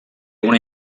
una